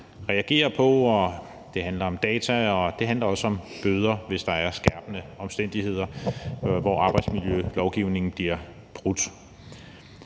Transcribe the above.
reagere på, og det handler om data, og det handler også om bøder, hvis der er skærpende omstændigheder, hvor arbejdsmiljølovgivningen bliver brudt.